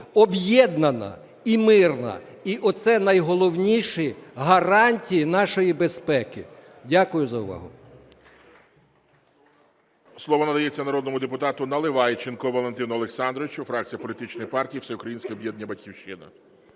об'єднана і мирна. І оце найголовніші гарантії нашої безпеки. Дякую за увагу.